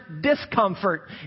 discomfort